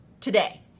today